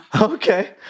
Okay